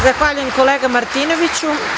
Zahvaljujem se, kolega Martinoviću.